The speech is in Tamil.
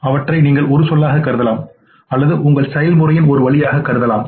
அவற்றை நீங்கள் ஒரு சொல்லாக கருதலாம் அல்லது உங்கள் செயல்முறையின் ஒருவழியாக கருதலாம்